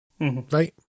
right